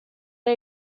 era